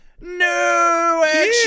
No